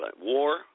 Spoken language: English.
war